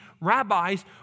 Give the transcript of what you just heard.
rabbis